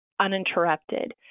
uninterrupted